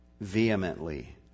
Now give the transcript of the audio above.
vehemently